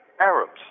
Arabs